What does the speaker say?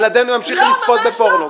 ילדינו ימשיכו לצפות בפורנו.